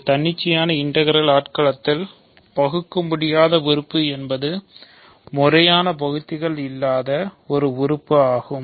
ஒரு தன்னிச்சையான இன்டெக்ரால் ஆட்களத்தில் என்பது முறையான வகுத்திகள் இல்லாத ஒரு உறுப்பு ஆகும்